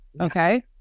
okay